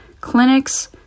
clinics